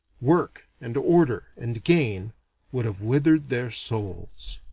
work, and order and gain would have withered their souls.